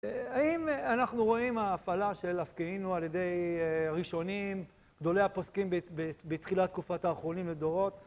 האם אנחנו רואים ההפעלה של עפקאינו על ידי ראשונים, גדולי הפוסקים בתחילת תקופת האחרונים לדורות?